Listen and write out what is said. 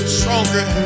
stronger